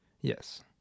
Yes